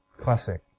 classic